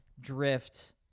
drift